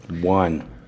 one